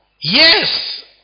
Yes